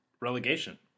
relegation